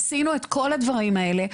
עשינו את כל הדברים האלה.